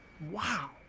Wow